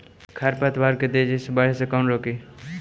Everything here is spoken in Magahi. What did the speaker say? खर पतवार के तेजी से बढ़े से कैसे रोकिअइ?